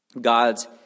God's